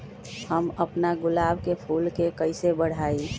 हम अपना गुलाब के फूल के कईसे बढ़ाई?